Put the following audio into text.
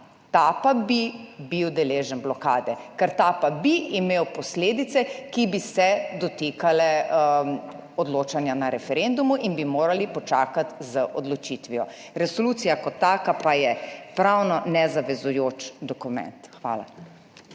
ta pa bil deležen blokade, ker ta pa bi imel posledice, ki bi se dotikale odločanja na referendumu in bi morali počakati z odločitvijo. Resolucija kot taka pa je pravno nezavezujoč dokument. Hvala.